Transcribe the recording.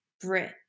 brit